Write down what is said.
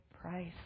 price